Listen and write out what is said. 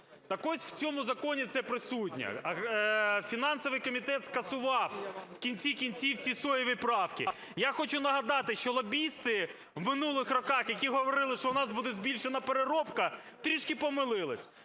Так ось, в цьому законі це присутнє. Фінансовий комітет скасував, в кінці кінців, ці "соєві правки". Я хочу нагадати, що лобісти в минулих роках, які говорили, що у нас буде збільшена переробка, трішки помилились.